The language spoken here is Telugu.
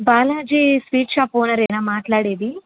బాలాజీ స్వీట్ షాప్ ఓనరేనా మాట్లాడేది